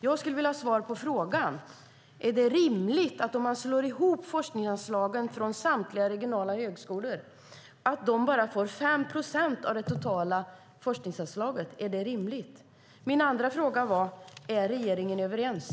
Jag skulle vilja ha svar på följande fråga: Är det rimligt att om man slår ihop forskningsanslagen från samtliga regionala högskolor får de bara 5 procent av det totala forskningsanslaget? Är det rimligt? Min andra fråga var: Är regeringen överens?